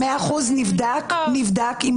אבל מאחר שכאן זה